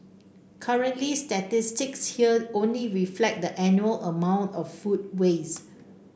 currently statistics here only reflect the annual amount of food waste